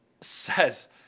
says